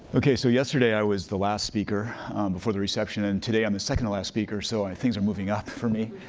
okay, so yesterday, i was the last speaker before the reception, and today, i'm the second to last speaker, so things are moving up for me,